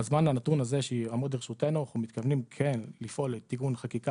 בזמן הנתון הזה שיעמוד לרשותנו אנחנו מתכוונים כן לפעול לתיקון חקיקה